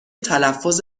تلفظ